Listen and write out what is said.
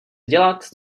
dělat